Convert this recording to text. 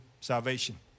salvation